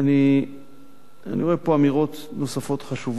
אני רואה פה אמירות נוספות חשובות,